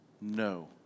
No